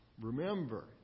remember